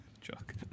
Chuck